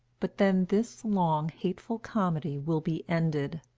but then this long, hateful comedy will be ended.